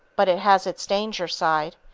but it has its danger side.